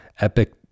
Epic